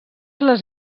les